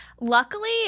Luckily